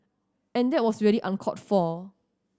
and that was really uncalled for